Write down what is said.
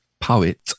poet